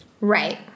right